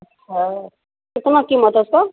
अच्छा कितना कीमत है उसका